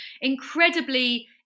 incredibly